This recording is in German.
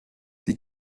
die